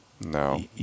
No